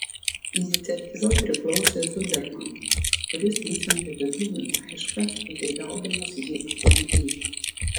iniciatyva priklausė zudermanui kuris nusiuntė vydūnui laišką pageidaudamas jį aplankyti